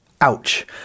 Ouch